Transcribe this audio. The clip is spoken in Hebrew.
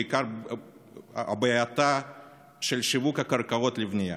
בעיקר בהאטה של שיווק הקרקעות לבנייה,